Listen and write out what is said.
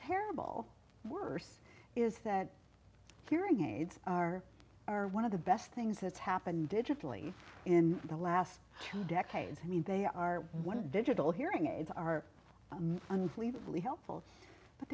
terrible worse is that hearing aids are are one of the best things that's happened digitally in the last two decades i mean they are one of the digital hearing aids are unbelievably helpful but